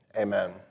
amen